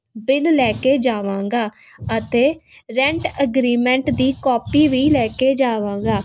bill ਲੈ ਕੇ ਜਾਵਾਂਗਾ ਅਤੇ ਰੈਂਟ ਐਗਰੀਮੈਂਟ ਦੀ ਕਾਪੀ ਵੀ ਲੈ ਕੇ ਜਾਵਾਂਗਾ